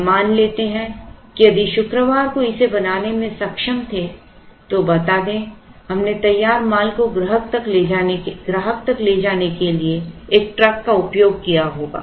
अब मान लेते हैं कि यदि हम शुक्रवार को इसे बनाने में सक्षम थे तो बता दें कि हमने तैयार माल को ग्राहक तक ले जाने के लिए एक ट्रक का उपयोग किया होगा